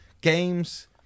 games